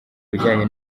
bijyanye